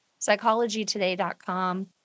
psychologytoday.com